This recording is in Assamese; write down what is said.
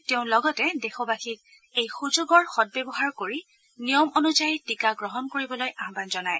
তেওঁ লগতে দেশবাসীক এই সুযোগৰ সদব্যৱহাৰ কৰি নিয়ম অনুযায়ী টীকা গ্ৰহণ কৰিবলৈ আয়ান জনায়